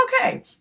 okay